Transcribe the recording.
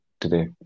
today